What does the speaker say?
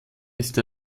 ist